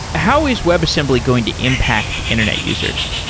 how is webassembly going to impact internet users?